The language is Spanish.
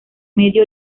medio